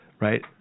Right